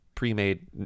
pre-made